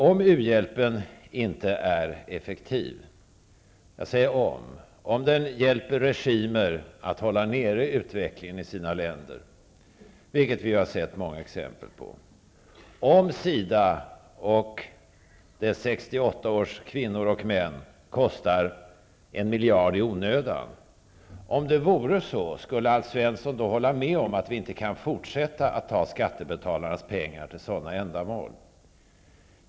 Om u-hjälpen inte är effektiv -- jag säger om -- om den hjälper regimer att hålla nere utvecklingen i sina länder, vilket vi har sett många exempel på, om SIDA och dess 68 års kvinnor och män kostar en miljard i onödan -- om det vore så, skulle Alf Svensson då hålla med om att vi inte kan fortsätta att ta skattebetalarnas pengar till sådana ändamål?